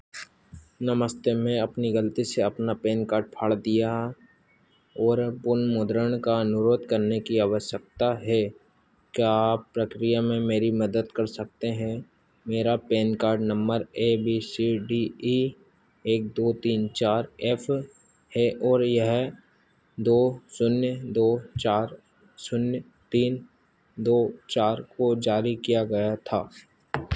नमस्ते मैं अपनी गलती से अपना पैन कार्ड फाड़ दिया और पुनर्मुद्रण का अनुरोध करने की आवश्यकता है क्या आप प्रक्रिया में मेरी मदद कर सकते हैं मेरा PAN card number A B C D E एक दो तीन चार एफ़ है और यह दो शून्य दो चार शून्य तीन दो चार को जारी किया गया था